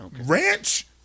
Ranch